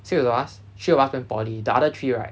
six of us three of us went poly the other three right